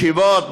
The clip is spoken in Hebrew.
ישיבות,